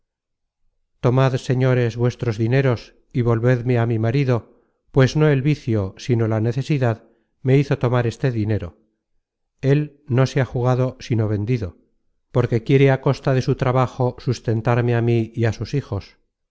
tomad señores vuestros dineros y volvedme á mi marido pues no el vicio sino la necesidad le hizo tomar este dinero él no se ha jugado sino vendido porque quiere á costa de su trabajo sustentarme á mí y á sus hijos